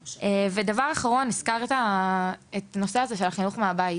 דבר אחרון, הזכרת את הנושא הזה של חינוך מהבית.